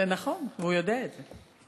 זה נכון, והוא יודע את זה.